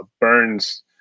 Burns